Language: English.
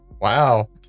Wow